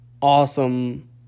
awesome